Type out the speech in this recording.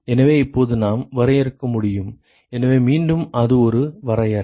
எனவே இப்போது நாம் வரையறுக்க முடியும் எனவே மீண்டும் அது ஒரு வரையறை